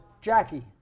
Jackie